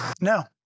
No